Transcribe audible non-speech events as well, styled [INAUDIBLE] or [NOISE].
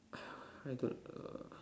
[NOISE] I need to uh